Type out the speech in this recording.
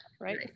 right